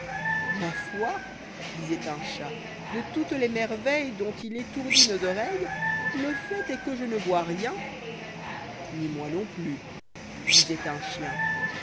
ma foi disoit un chat de toutes les merveilles dont il étourdit nos oreilles le fait est que je ne yois rien ni moi non plus disoit un chien